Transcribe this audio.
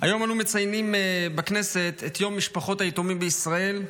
היום אנו מציינים בכנסת את יום משפחות היתומים בישראל.